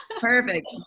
Perfect